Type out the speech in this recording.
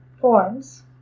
forms